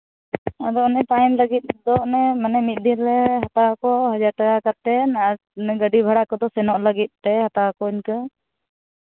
ᱟᱫᱚ ᱚᱱᱮ ᱛᱟᱦᱮᱱ ᱞᱟᱹᱜᱤᱫ ᱠᱚ ᱢᱟᱱᱮ ᱢᱤᱫ ᱫᱤᱱ ᱨᱮ ᱦᱟᱛᱟᱣᱟᱠᱚ ᱦᱟᱡᱟᱨ ᱴᱟᱠᱟ ᱠᱟᱛᱮᱫ ᱟᱨ ᱜᱟᱹᱰᱤ ᱵᱷᱟᱲᱟ ᱠᱚᱫᱚ ᱥᱮᱱᱚᱜ ᱞᱟᱹᱜᱤᱫ ᱛᱮ ᱦᱟᱛᱟᱣᱟᱠᱚ ᱤᱱᱠᱟᱹ